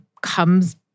comes